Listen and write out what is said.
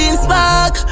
spark